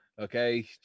okay